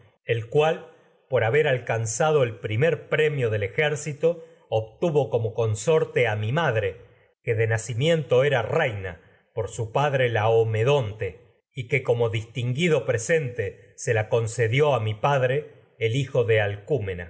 el cual por haber alcan como consor primer premio del ejército obtuvo te a mi madre que de nacimiento como era reina por su pa dre laomedonte y que distinguido presente se la áyax concedió a mi padre el hijo de